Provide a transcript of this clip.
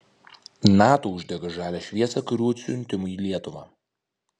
nato uždega žalią šviesą karių atsiuntimui į lietuvą